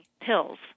pills